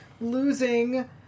losing